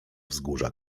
wzgórza